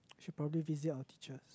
should probably visit our teachers